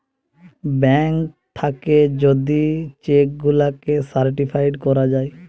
bank থাকে যদি cheque গুলাকে সার্টিফাইড করা যায়